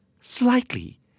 slightly